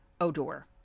Odor